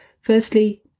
Firstly